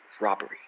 robbery